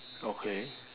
okay